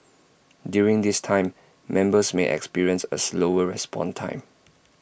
during this time members may experience A slower response time